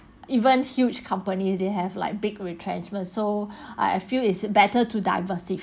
even huge company they have like big retrenchment so I feel is better to diversify